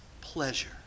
pleasure